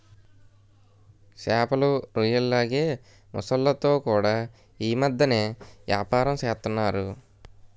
సేపలు, రొయ్యల్లాగే మొసల్లతో కూడా యీ మద్దెన ఏపారం సేస్తన్నారు